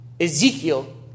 Ezekiel